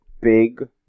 big